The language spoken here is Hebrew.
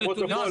לפרוטוקול.